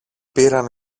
πήραν